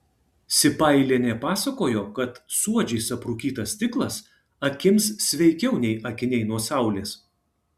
sipailienė pasakojo kad suodžiais aprūkytas stiklas akims sveikiau nei akiniai nuo saulės